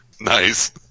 Nice